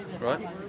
right